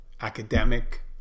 academic